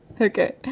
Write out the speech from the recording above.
okay